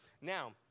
Now